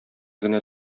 генә